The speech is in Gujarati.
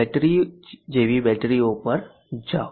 બેટરી જેવી બેટરીઓ પર જાઓ